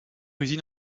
usine